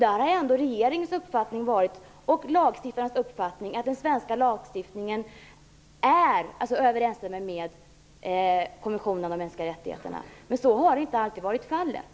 Då har ändå regeringens och lagstiftarens uppfattning varit att den svenska lagstiftningen överensstämmer med konventionerna om de mänskliga rättigheterna. Men så har inte alltid varit fallet.